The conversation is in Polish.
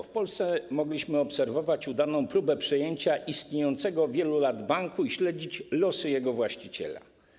W Polsce mogliśmy obserwować udaną próbę przejęcia istniejącego od wielu lat banku i śledzić losy jego właściciela.